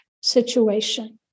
situation